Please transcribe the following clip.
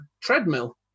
treadmill